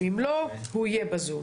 אם לא, הוא יהיה ב־zoom.